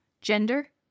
gender